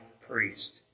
priest